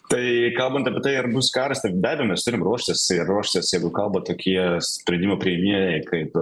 tai kalbant apie tai ar bus karas tai be abejo mes turim ruoštis ruoštis jeigu kalba tokie sprendimų priėmėjai kaip